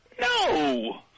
No